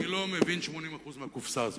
אני לא מבין 80% מהקופסה הזאת.